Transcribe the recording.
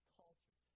culture